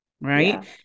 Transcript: right